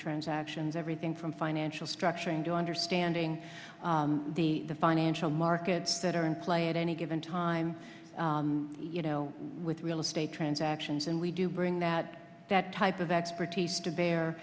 transactions everything from financial structuring to understanding the financial markets that are in play at any given time you know with real estate transactions and we do bring that that type of expertise to bear